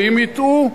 ואם יטעו,